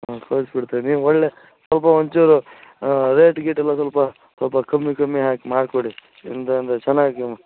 ಹ್ಞೂ ಕಳ್ಸಿ ಬಿಡ್ತೆ ನೀವು ಒಳ್ಳೆಯ ಸ್ವಲ್ಪ ಒಂಚೂರು ರೇಟ್ ಗೀಟೆಲ್ಲ ಸ್ವಲ್ಪ ಸ್ವಲ್ಪ ಕಮ್ಮಿ ಕಮ್ಮಿ ಹಾಕಿ ಮಾಡಿಕೊಡಿ ನಿಮ್ದು ಅಂದರೆ ಚೆನ್ನಾಗಿ